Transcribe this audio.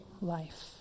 life